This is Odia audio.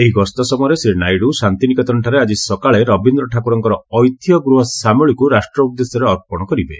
ଏହି ଗସ୍ତ ସମୟରେ ଶ୍ରୀ ନାଇଡୁ ଶାନ୍ତିନିକେତନଠାରେ ଆଜି ସକାଳେ ରବୀନ୍ଦ୍ର ଠାକୁରଙ୍କ ଐତିହ୍ୟ ଗୃହ 'ଶ୍ୟାମଳି'କୁ ରାଷ୍ଟ୍ର ଉଦ୍ଦେଶ୍ୟରେ ଅର୍ପଣ କରିବେ